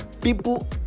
people